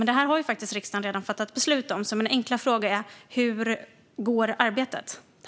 Men detta har riksdagen faktiskt redan fattat beslut om. Min enkla fråga är därför: Hur går arbetet?